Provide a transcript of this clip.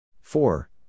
four